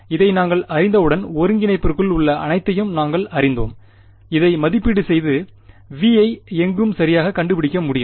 இதை நாங்கள் அறிந்தவுடன் ஒருங்கிணைப்பிற்குள் உள்ள அனைத்தையும் நாங்கள் அறிந்தோம் இதை மதிப்பீடு செய்து V ஐ எங்கும் சரியாக கண்டுபிடிக்க முடியும்